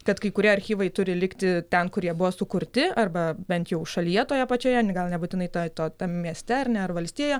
kad kai kurie archyvai turi likti ten kur jie buvo sukurti arba bent jau šalyje toje pačioje gal nebūtinai toje to tam mieste ar ne ar valstijoje